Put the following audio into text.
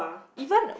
even